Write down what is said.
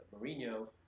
Mourinho